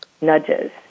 nudges